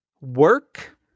work